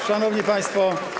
Szanowni Państwo!